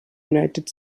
united